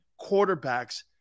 quarterbacks